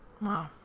Wow